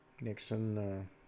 Nixon